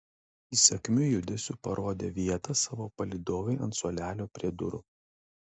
įsakmiu judesiu parodė vietą savo palydovei ant suolelio prie durų